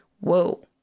whoa